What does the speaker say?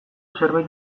zerbait